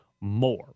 more